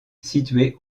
situés